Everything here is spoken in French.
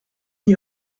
n’y